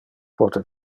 pote